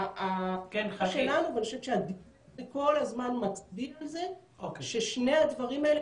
אני חושבת שהדיון כל הזמן מצביע על זה ששני הדברים האלה